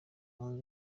hanze